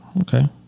okay